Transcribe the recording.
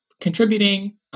contributing